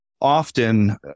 often